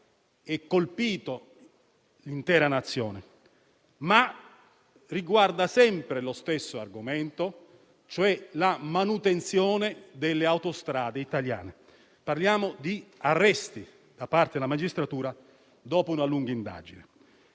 e colpito l'intera Nazione, ma che riguardano sempre la questione della manutenzione delle autostrade italiane. Parliamo di arresti da parte della magistratura dopo una lunga indagine.